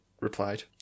replied